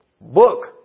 book